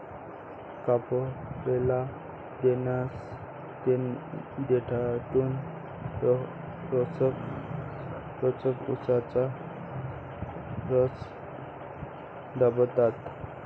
कापलेल्या देठातून रोलर्स उसाचा रस दाबतात